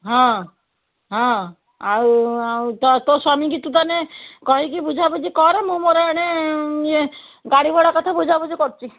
ହଁ ହଁ ଆଉ ଆଉ ତୋ ତୋ ସ୍ୱାମୀକୁ ତୁ ତାହାନେ କହିକି ବୁଝାବୁଝି କର ମୁଁ ମୋର ଏଣେ ଇଏ ଗାଡ଼ି ଭଡ଼ା କଥା ବୁଝାବୁଝି କରୁଛି